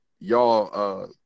y'all